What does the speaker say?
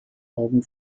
augen